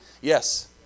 Yes